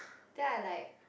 then I like